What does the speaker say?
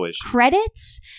credits